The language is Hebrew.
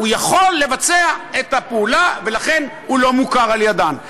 הוא יכול לבצע את הפעולה ולכן הוא לא מוכר על-ידיהן.